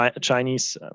Chinese